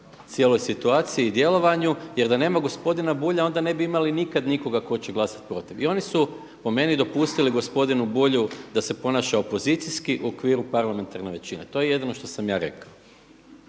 cijeloj situaciju i djelovanju. Jer da nema gospodina Bulja onda ne bi imali nikad nikoga ko će glasati protiv. I oni su po meni dopustili gospodinu Bulju da se ponaša opozicijski u okviru parlamentarne većine. To je jedino što sam ja rekao.